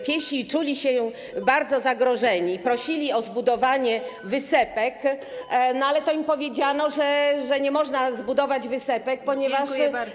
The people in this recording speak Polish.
Piesi czuli się tam bardzo zagrożeni i prosili o zbudowanie wysepek, ale im powiedziano, że nie można zbudować wysepek, ponieważ.